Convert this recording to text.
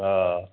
हा